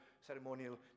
ceremonial